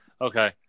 okay